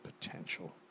potential